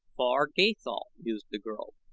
far gathol, mused the girl.